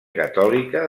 catòlica